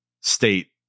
state